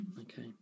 Okay